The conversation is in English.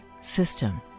system